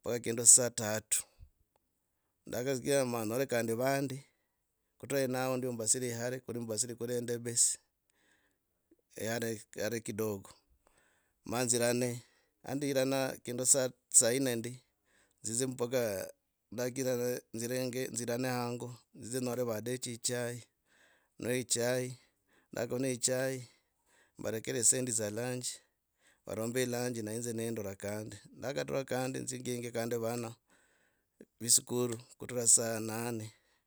mpaka kindu saa tatu. ndaka nyore kandi vandi kutura ahenao ndio mbasire hale kuli mbasire kuli endebess ee. e hare kidogo. Ma nzirane. handirana kindu saa nne ndi. nzidze mpaka. ndakirana. nzirenge nzirane hango. nzidze nyare vadechi chai, ne ichai ndakanwa chai. varekire dzisendi dzya lunch valombe lunch ne indeed nendura kandi. Ndakatura nzye kandi ginge vana ve iskuru kutura saa nane.